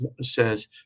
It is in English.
says